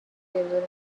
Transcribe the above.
river